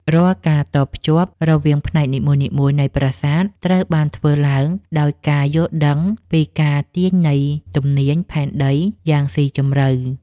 រាល់ការតភ្ជាប់រវាងផ្នែកនីមួយៗនៃប្រាសាទត្រូវបានធ្វើឡើងដោយការយល់ដឹងពីការទាញនៃទំនាញផែនដីយ៉ាងស៊ីជម្រៅ។